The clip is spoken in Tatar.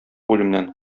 үлемнән